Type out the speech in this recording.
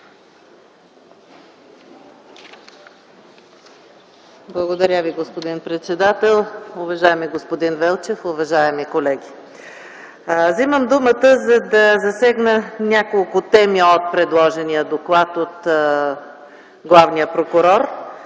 Уважаеми господин председател, уважаеми господин Велчев, уважаеми колеги! Вземам думата, за да засегна няколко теми от предложения доклад от главния прокурор,